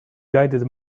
guided